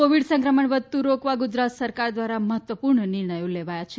Covid સંક્રમણ વધતું રોકવા ગુજરાત સરકાર દ્વારા મહત્ત્વપૂર્ણ નિર્ણયો લેવાયા છે